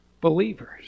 believers